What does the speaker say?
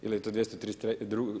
Ili je to 232.